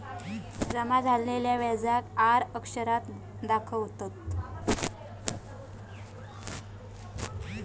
जमा झालेल्या व्याजाक आर अक्षरात दाखवतत